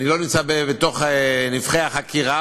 אני לא נמצא בתוך נבכי החקירה,